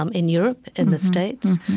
um in europe, in the states,